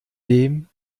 dem